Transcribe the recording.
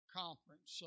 conference